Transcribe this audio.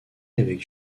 avec